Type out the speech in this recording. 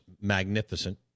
magnificent